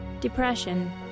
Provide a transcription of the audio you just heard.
depression